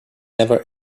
never